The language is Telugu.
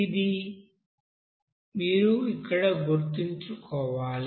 ఇది మీరు ఇక్కడ గుర్తుంచుకోవాలి